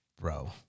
bro